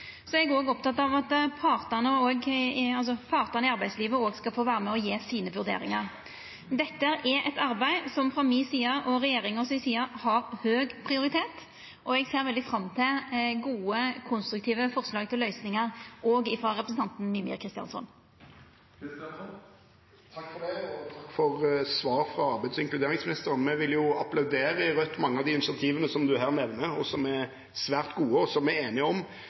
Så er eg òg oppteken av at partane i arbeidslivet òg skal få vera med og gje sine vurderingar. Dette er eit arbeid som frå mi side og regjeringa si side har høg prioritet, og eg ser veldig fram til gode, konstruktive forslag til løysingar òg frå representanten Mímir Kristjánsson. Takk for svaret fra arbeids- og inkluderingsministeren. Vi i Rødt vil applaudere mange av de initiativene som du her nevner, som er svært gode, og som vi er enige om.